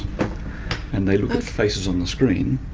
and they look at faces on the screen.